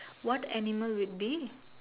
what animal would be